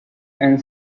and